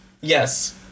Yes